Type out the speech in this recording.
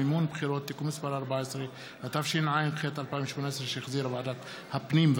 הינני מתכבד להודיעכם,